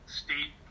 state